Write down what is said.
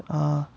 ah